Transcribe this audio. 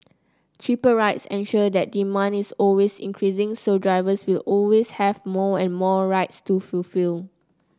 cheaper rides ensure that demand is always increasing so drivers will always have more and more rides to fulfil